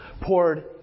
poured